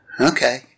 Okay